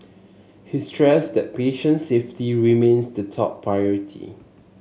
he stressed that patient safety remains the top priority